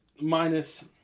minus